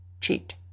cheat